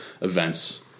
events